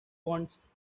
wants